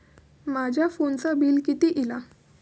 माझ्या फोनचा बिल किती इला?